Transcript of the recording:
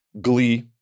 glee